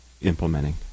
implementing